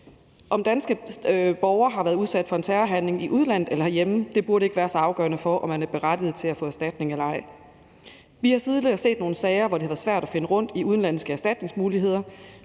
Om danske borgere har været udsat for en terrorhandling i udlandet eller herhjemme, burde ikke være så afgørende for, om man er berettiget til at få erstatning eller ej. Vi har tidligere set nogle sager, hvor det var svært at finde rundt i udenlandske erstatningsmuligheder,